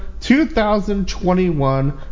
2021